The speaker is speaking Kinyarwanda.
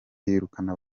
yirukana